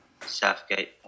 Southgate